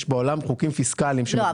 יש בעולם חוקים פיסקליים שמגבילים --- לא,